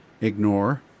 ignore